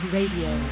Radio